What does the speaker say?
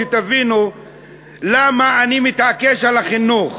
שתבינו למה אני מתעקש על החינוך.